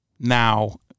Now